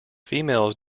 females